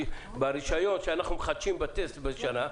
ברישיון שאנחנו מחדשים אחת לשנה,